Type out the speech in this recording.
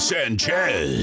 Sanchez